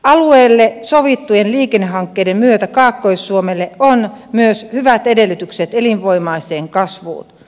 alueelle sovittujen liikennehankkeiden myötä kaakkois suomella on myös hyvät edellytykset elinvoimaiseen kasvuun